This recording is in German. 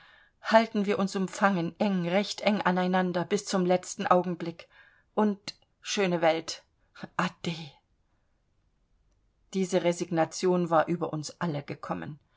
halten wir uns umfangen eng recht eng aneinander bis zum letzten augenblick und schöne welt ade diese resignation war über uns alle gekommen